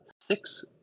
six